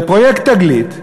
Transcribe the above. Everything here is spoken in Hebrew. בפרויקט "תגלית",